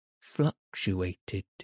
fluctuated